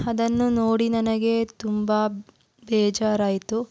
ಅದನ್ನು ನೋಡಿ ನನಗೆ ತುಂಬ ಬೇಜಾರಾಯಿತು